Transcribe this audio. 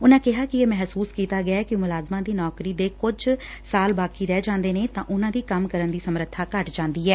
ਉਨੂਾਂ ਕਿਹਾ ਕਿ ਇਹ ਮਹਿਸੁਸ ਕੀਤਾ ਗਿਐ ਕਿ ਮੁਲਾਜਮਾਂ ਦੀ ਨੌਕਰੀ ਦੇ ਕੁਝ ਸਾਲ ਬਾਕੀ ਰਹਿ ਜਾਂਦੇ ਨੇ ਤਾਂ ਉਨੂਾਂ ਦੀ ਕੰਮ ਕਰਨ ਦੀ ਸਮੱਰਥਾ ਘੱਟ ਜਾਂਦੀ ਐ